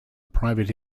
private